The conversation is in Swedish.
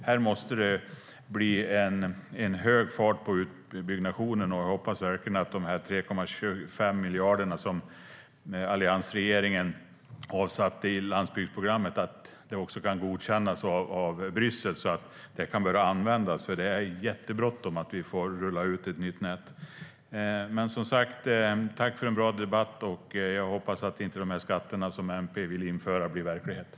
Det måste bli hög fart på utbyggnaden, och jag hoppas verkligen att de 3,25 miljarder som alliansregeringen avsatte till landsbygdsprogrammet kan godkännas av Bryssel så att det kan börja användas, för det är jättebråttom att vi får rulla ut ett nytt nät.